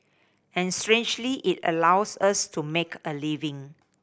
and strangely it allows us to make a living